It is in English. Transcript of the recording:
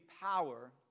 power